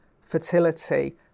fertility